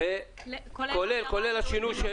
כולל השינוי.